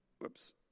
whoops